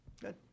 Good